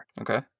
okay